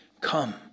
come